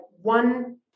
one